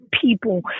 people